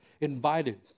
invited